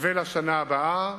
ולשנה הבאה.